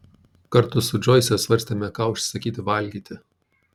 kartu su džoise svarstėme ką užsisakyti valgyti